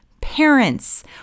parents